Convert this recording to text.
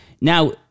Now